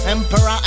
Emperor